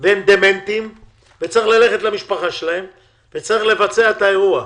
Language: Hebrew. והם דמנטיים וצריך ללכת למשפחה שלהם ולבצע את האירוע.